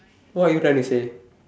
what are you trying to say